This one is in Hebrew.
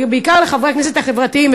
בעיקר לחברי הכנסת החברתיים,